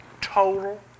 total